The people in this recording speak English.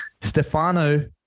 Stefano